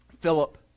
philip